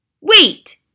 Wait